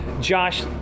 Josh